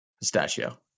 Pistachio